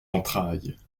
entrailles